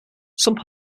some